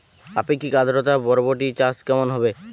আপেক্ষিক আদ্রতা বরবটি চাষ কেমন হবে?